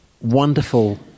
wonderful